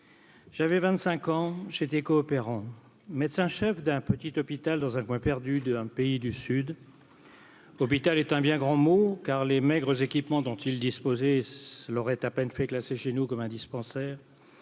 cinq ans j'étais coopérant médecin chef d'un petit hôpital dans un coin perdu dans un pays du sud l'hôpital est un bien grand mot car les maigres équipements dont il disposait à peine fait classer chez nous comme un dispensaire